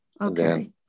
Okay